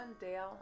Dale